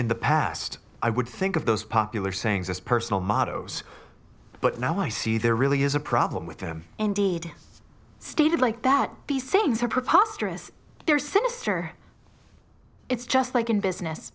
in the past i would think of those popular sayings as personal mottos but now i see there really is a problem with them indeed stated like that these sayings are preposterous they're sinister it's just like in business